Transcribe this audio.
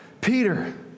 Peter